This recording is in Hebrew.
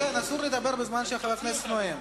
כן, אסור לדבר בזמן שחבר כנסת נואם.